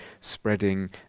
spreading